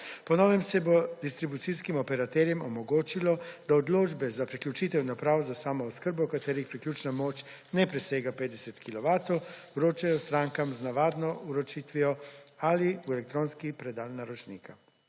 Po novem se bo distribucijskim operaterjem omogočilo, da odločbe za priključitev naprav za samooskrbo katerih priključna moč ne presega 50 kilovatov vročajo strankam z navadno vročitvijo ali v elektronski predal naročnika